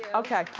ah okay,